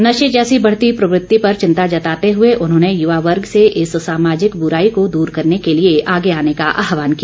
नशे जैसी बढ़ती प्रवृति पर चिंता जताते हुए उन्होंने युवा वर्ग से इस सामाजिक बुराई को दूर करने के लिए आगे आने का ओहवान किया